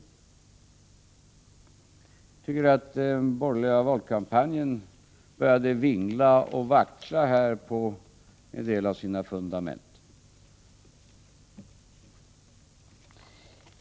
Jag tycker att den borgerliga valkampanjen här började vingla och vackla på en del av sina fundament.